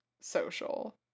social